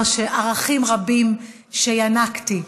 לומר שערכים רבים שינקתי,